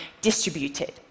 distributed